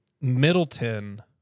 middleton